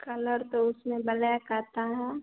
colour तो उसमें black आता है